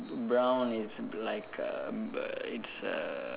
brown is like uh b~ it's err